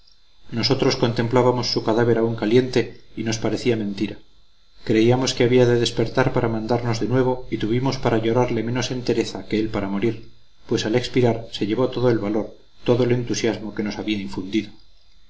nosotros contemplábamos su cadáver aún caliente y nos parecía mentira creíamos que había de despertar para mandamos de nuevo y tuvimos para llorarle menos entereza que él para morir pues al expirar se llevó todo el valor todo el entusiasmo que nos había infundido